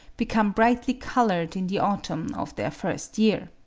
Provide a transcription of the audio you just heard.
become brightly coloured in the autumn of their first year.